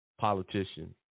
politician